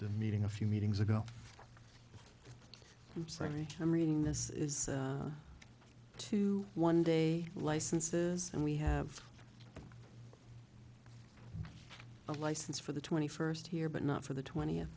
the meeting a few meetings ago i'm sorry i'm reading this is to one day licenses and we have a license for the twenty first here but not for the twentieth